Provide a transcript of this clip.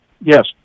Yes